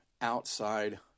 outside